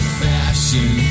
fashion